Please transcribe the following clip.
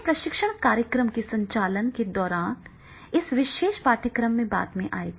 यह प्रशिक्षण कार्यक्रम के संचालन के दौरान इस विशेष पाठ्यक्रम में बाद में आएगा